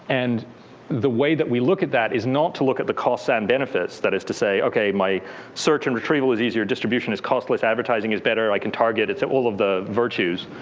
and the way that we look at that is not to look at the costs and benefits. that is to say, ok, my search and retrieval is easier. distribution is costless. advertising is better. i can target. it's all of the virtues.